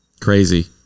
Crazy